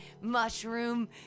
mushroom